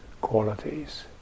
qualities